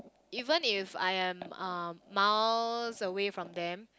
even if I am um miles away from them